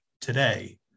today